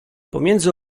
pomiędzy